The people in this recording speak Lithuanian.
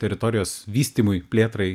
teritorijos vystymui plėtrai